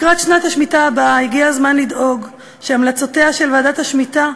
לקראת שנת השמיטה הבאה הגיע הזמן לדאוג שהמלצותיה של ועדת השמיטה,